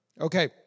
Okay